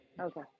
Okay